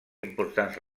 importants